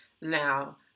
Now